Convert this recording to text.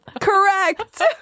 correct